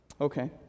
Okay